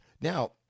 Now